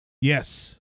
Yes